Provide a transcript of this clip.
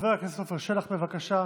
חבר הכנסת עפר שלח, בבקשה.